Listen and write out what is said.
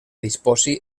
disposi